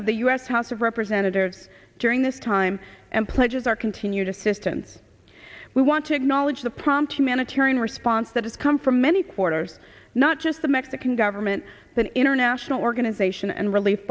of the u s house of representatives during this time and pledges our continued assistance we want to acknowledge the prompt humanitarian response that has come from many quarters not just the mexican government the international organization and re